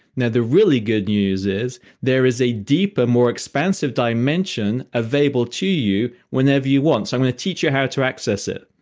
now the really good news is there is a deeper, more expansive dimension available to you whenever you want. i'm going to teach you how to access it.